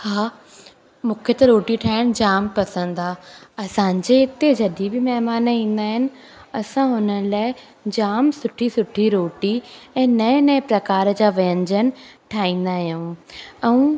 हा मूंखे त रोटी ठाहिण जाम पसंदि आहे असांजे हिते जॾहिं बि महिमान ईंदा आहिनि असां हुननि लाइ जाम सुठी सुठी रोटी ऐं नए नए प्रकार जा व्यंजन ठाहींदा आहियूं ऐं